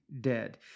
dead